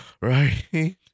Right